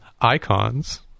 icons